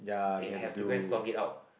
they have to go and slog it out